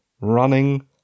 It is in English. running